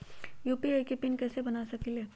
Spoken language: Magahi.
यू.पी.आई के पिन कैसे बना सकीले?